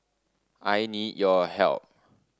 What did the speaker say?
I need your help